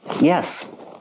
yes